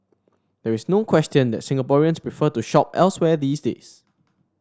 there is no question that Singaporeans prefer to shop elsewhere these days